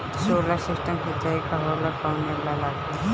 Solar system सिचाई का होला कवने ला लागी?